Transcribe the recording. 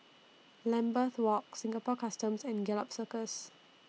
Lambeth Walk Singapore Customs and Gallop Circus